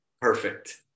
perfect